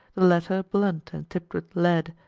the latter blunt and tipped with lead.